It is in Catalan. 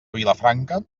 vilafranca